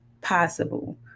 possible